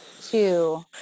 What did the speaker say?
two